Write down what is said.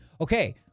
Okay